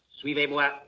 Suivez-moi